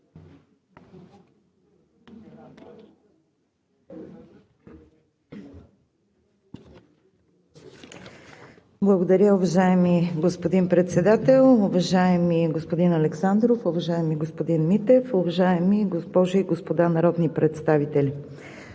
Благодаря, уважаеми господин Председател. Уважаеми господин Александров, уважаеми господин Митев, уважаеми госпожи и господа народни представители!